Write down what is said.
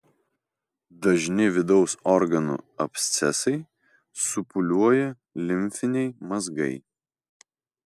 dažni vidaus organų abscesai supūliuoja limfiniai mazgai